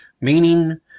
meaning